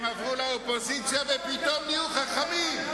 הם עברו לאופוזיציה ופתאום נהיו חכמים.